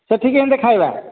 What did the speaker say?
ସେଠି କେମିତି ଖାଇବା